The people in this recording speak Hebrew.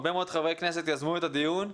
הרבה מאוד חברי כנסת יזמו את הדיון,